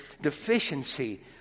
deficiency